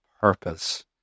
purpose